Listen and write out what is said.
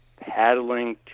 paddling